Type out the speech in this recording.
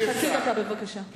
חצי דקה בבקשה.